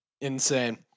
insane